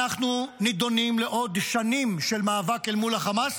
אנחנו נידונים לעוד שנים של מאבק אל מול החמאס.